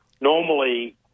normally